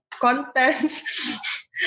contents